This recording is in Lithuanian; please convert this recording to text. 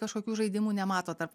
kažkokių žaidimų nematot tarp